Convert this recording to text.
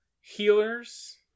healers